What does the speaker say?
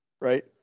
right